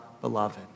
beloved